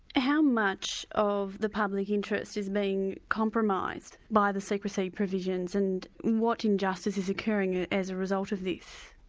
how much of the public interest is being compromised by the secrecy provisions, and what injustice is occurring ah as a result of this?